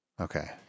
Okay